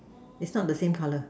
it's not the same color